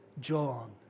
John